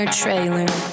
trailer